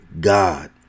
God